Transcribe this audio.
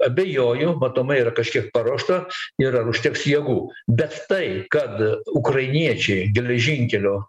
abejoju matomai ir kažkiek paruošta ir ar užteks jėgų bet tai kad ukrainiečiai geležinkelio